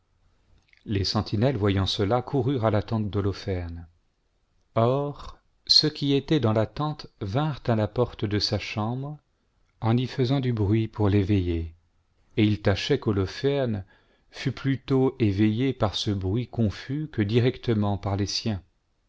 les sentinelles voyant cela coururent à la tente de l'eau ferme or ceux qui étaient dans la tente vinrent à la porte de sa chambre en y faisant du bi'uit pour l'éveiller et ils tâchaient qu'ïïoloferne fût plutôt éveillé par ce bruit confus que directement par les siens